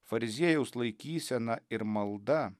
fariziejaus laikysena ir malda